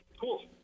Cool